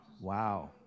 Wow